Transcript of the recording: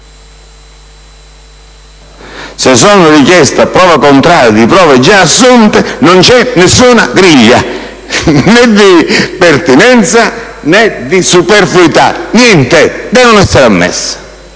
se sono richieste a prova contraria di prove già assunte non c'è nessuna griglia, né di pertinenza, né di superfluità. Niente. Devono essere ammesse.